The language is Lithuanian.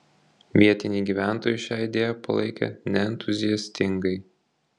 vietiniai gyventojai šią idėją palaikė neentuziastingai